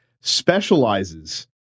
specializes –